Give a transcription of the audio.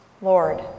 Lord